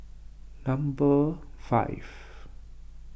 number five